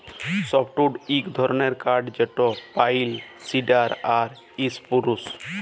softwood ইক ধরলের কাঠ যেট পাইল, সিডার আর ইসপুরুস